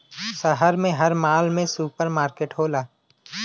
शहर में हर माल में सुपर मार्किट होला